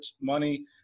money